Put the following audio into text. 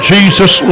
Jesus